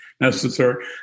necessary